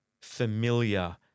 familiar